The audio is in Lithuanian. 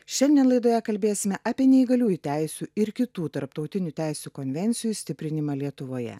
šiandien laidoje kalbėsime apie neįgaliųjų teisių ir kitų tarptautinių teisių konvencijų stiprinimą lietuvoje